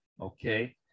okay